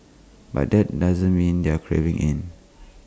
but that doesn't mean they're caving in